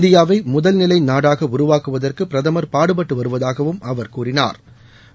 இந்தியாவை முதல்நிலை நாடாக உருவாக்குவதற்கு பிரதமா் பாடுபட்டு வருவதாகவும் அவா் கூறினாா்